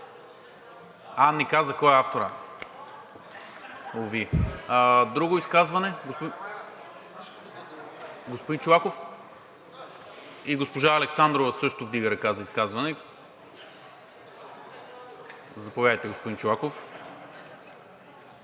А, не каза кой е авторът. Уви! Друго изказване? Господин Чолаков. И госпожа Александрова също вдига ръка за изказване. Заповядайте, господин Чолаков.